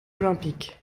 olympiques